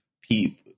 people